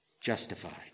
justified